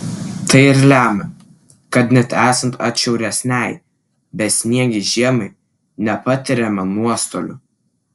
tai ir lemia kad net esant atšiauresnei besniegei žiemai nepatiriama nuostolių